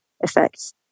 effects